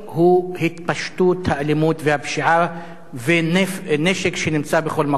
הוא התפשטות האלימות והפשיעה ונשק שנמצא בכל מקום.